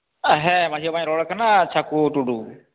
ᱦᱮᱸ ᱢᱟᱡᱷᱤ ᱵᱟᱵᱟᱧ ᱨᱚᱲ ᱠᱟᱱᱟ ᱪᱷᱟᱠᱩ ᱴᱩᱰᱩ